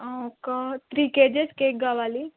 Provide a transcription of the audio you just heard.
ఒక three kgs cake కావాలి